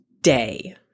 day